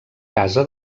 casa